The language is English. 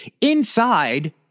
inside